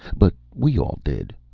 but we all did.